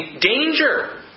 danger